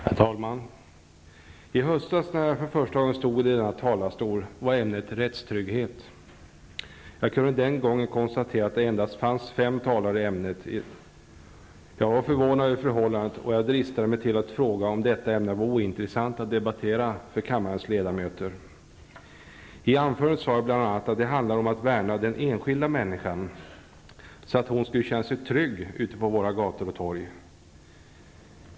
Herr talman! I höstas när jag för första gången stod i denna talarstol var ämnet. Jag kunde den gången konstatera att det endast fanns fem talare anmälda i ämnet rättstrygghet. Jag var förvånad över förhållandet. Jag dristade mig att fråga om detta ämne var ointressant att debattera för kammarens ledamöter. I anförandet sade jag bl.a. att det handlade om att värna den enskilda människan, så att hon skall känna sig trygg ute på våra gator och torg.